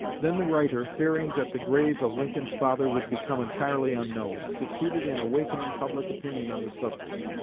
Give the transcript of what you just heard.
then the writer, fearing that the grave of lincoln's father would become entirely unknown, succeeded in awakening public opinion on the subject.